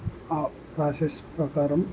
ఆ ప్రాసెస్ ప్రకారం